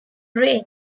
rain